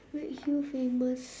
redhill famous